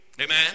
Amen